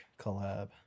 collab